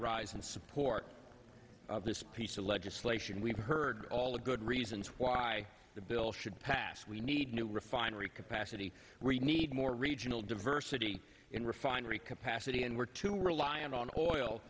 rise in support of this piece of legislation we've heard all the good reasons why the bill should pass we need new refinery capacity we need more regional diversity in refinery capacity and we're too reliant on oil